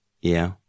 Yeah